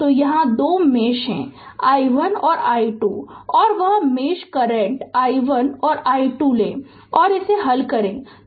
तो यहाँ 2 mesh i1 और i2 को वह मेश करेंट i1 और i2 लें और इसे हल करें